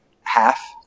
half